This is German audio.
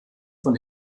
von